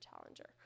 Challenger